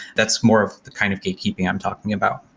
that's more of the kind of gatekeeping i'm talking about.